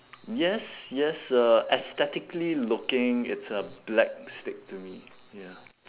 yes yes uh aesthetically looking it's a black stick to me ya